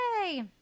Yay